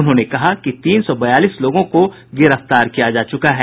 उन्होंने कहा कि तीन सौ बयालीस लोगों को गिरफ्तार किया जा चुका है